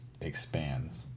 expands